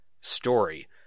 story